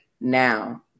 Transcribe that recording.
now